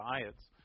diets